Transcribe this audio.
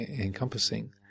encompassing